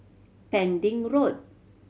Pending Road